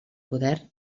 poder